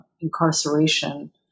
incarceration